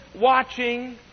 watching